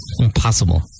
Impossible